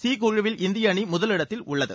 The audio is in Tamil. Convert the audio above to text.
சி குழுவில் இந்திய அணி முதலிடத்தில் உள்ளது